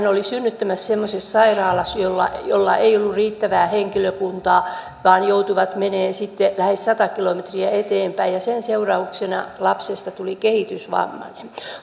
oli synnyttämässä semmoisessa sairaalassa missä ei ollut riittävää henkilökuntaa vaan joutuivat menemään sitten lähes sata kilometriä eteenpäin ja sen seurauksena lapsesta tuli kehitysvammainen